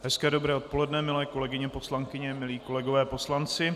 Hezké dobré odpoledne milé kolegyně poslankyně, milí kolegové poslanci.